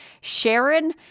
Sharon